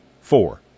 Four